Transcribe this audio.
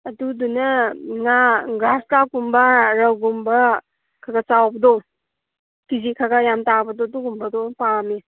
ꯑꯗꯨꯗꯨꯅ ꯉꯥ ꯒ꯭ꯔꯥꯁ ꯀꯥꯞ ꯀꯨꯝꯕ ꯔꯧ ꯒꯨꯝꯕ ꯈꯔ ꯈꯔ ꯆꯥꯎꯕꯗꯣ ꯀꯦ ꯖꯤ ꯈꯔ ꯈꯔ ꯌꯥꯝ ꯇꯥꯕꯗꯣ ꯑꯗꯨꯒꯨꯝꯕꯗꯣ ꯑꯣꯏ ꯄꯥꯝꯃꯦ